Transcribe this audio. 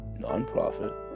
nonprofit